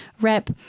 rep